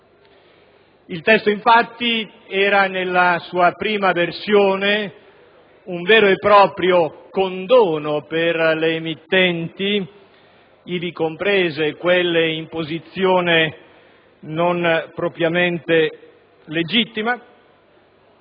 Il testo, infatti, nella sua prima versione era un vero e proprio condono per le emittenti, ivi comprese quelle in posizione non propriamente legittima,